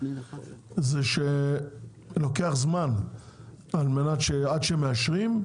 זה שלוקח זמן על מנת שעד שמאשרים,